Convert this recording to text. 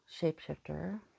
shapeshifter